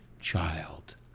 child